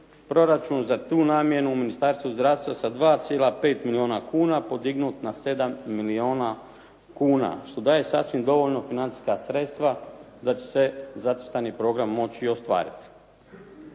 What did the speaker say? proračun za tu namjenu u Ministarstvu zdravstva sa 2,5 milijuna kuna podignut na 7 milijuna kuna što daje sasvim dovoljno financijska sredstva da će se zacrtani program moći i ostvariti.